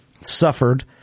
suffered